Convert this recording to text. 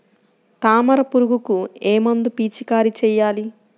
తామర పురుగుకు ఏ మందు పిచికారీ చేయాలి?